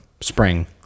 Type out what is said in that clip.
spring